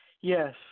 Yes